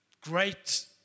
great